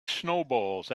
snowballs